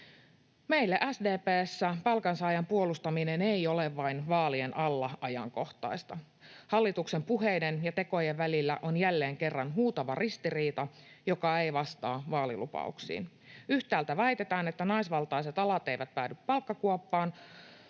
Meillä SDP:ssä palkansaajan puolustaminen ei ole vain vaalien alla ajankohtaista. Hallituksen puheiden ja tekojen välillä on jälleen kerran huutava ristiriita, joka ei vastaa vaalilupauksiin. Yhtäältä väitetään, että naisvaltaiset alat eivät päädy palkkakuoppaan,